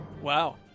Wow